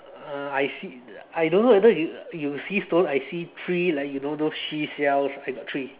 uh I see I dunno whether you uh you see stone I see three like you know those sea shells I got three